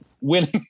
winning